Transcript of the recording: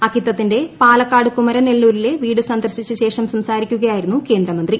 അക്കിത്തത്തിന്റെ പാലക്കാട് കുമരനെല്ലൂരിലെ വീട് സന്ദർശിച്ചശേഷം സംസാരിക്കുകയാ യിരുന്നു കേന്ദ്രമന്ത്രി